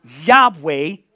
Yahweh